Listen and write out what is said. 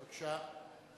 בבקשה.